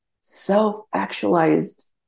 self-actualized